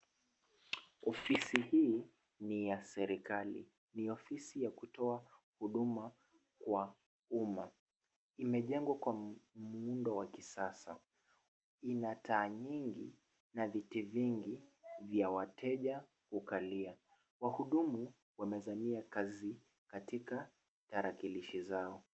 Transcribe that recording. Ofisi hii ni ya serikali. Ni ofisi ya kutoa huduma kwa umma. Imejengwa kwa muundo wa kisasa. Ina taa nyingi na viti vingi vya wateja kukalia. Wahudumu wamezamia kazi katika tarakilishi zao.